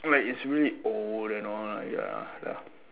like it's really old and all right ya ya